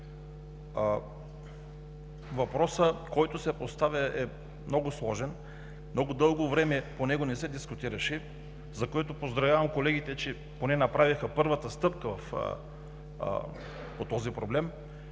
Въпросът, който се поставя, е много сложен. Много дълго време по него не се дискутираше, за което поздравявам колегите, че поне направиха първата стъпка по този проблем.